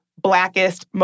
blackest